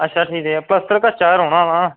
अच्छा ठीक ऐ प्लस्तर कच्चा ई रौह्ना ऐ